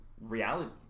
reality